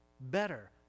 better